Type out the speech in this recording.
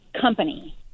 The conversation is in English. company